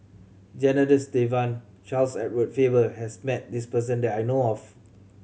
Janadas Devan and Charles Edward Faber has met this person that I know of